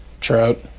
Trout